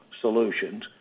solutions